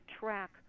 track